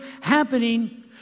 happening